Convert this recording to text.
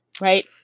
Right